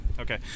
Okay